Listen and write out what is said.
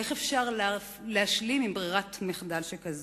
איך אפשר להשלים עם ברירת מחדל שכזאת?